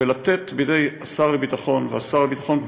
ולתת בידי שר הביטחון והשר לביטחון פנים,